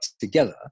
together